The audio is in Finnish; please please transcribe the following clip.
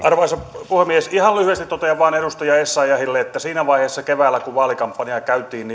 arvoisa puhemies ihan lyhyesti totean vain edustaja essayahille minä uskon vilpittömästi että siinä vaiheessa keväällä kun vaalikampanjaa käytiin